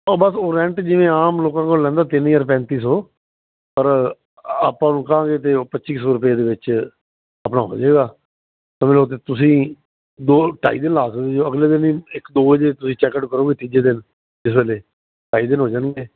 ਹਾਂ ਬਸ ਉਹ ਰੈਂਟ ਜਿਵੇਂ ਆਮ ਲੋਕਾਂ ਕੋਲੋਂ ਲੈਂਦੇ ਤਿੰਨ ਹਜਾਰ ਪੈਂਤੀ ਸੌ ਪਰ ਆਪਾਂ ਉਹਨੂੰ ਕਹਾਂਗੇ ਤੇ ਉਹ ਪੱਚੀ ਸੌ ਰੁਪਏ ਦੇ ਵਿੱਚ ਆਪਣਾ ਹੋਜੇਗਾ ਤੁਸੀਂ ਦੋ ਢਾਈ ਦਿਨ ਲਾ ਸਕਦੇ ਓ ਅਗਲੇ ਦਿਨ ਈ ਇੱਕ ਦੋ ਵਜੇ ਤੁਸੀਂ ਚੈੱਕ ਆਊਟ ਕਰੋਗੇ ਤੀਜੇ ਦਿਨ ਜਿਸ ਵੇਲੇ ਢਾਈ ਦਿਨ ਹੋ ਜਾਣਗੇ